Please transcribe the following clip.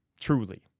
truly